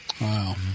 Wow